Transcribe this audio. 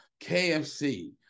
KFC